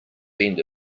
bend